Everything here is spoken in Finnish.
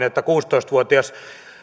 että kuusitoista vuotias